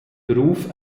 beruf